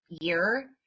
year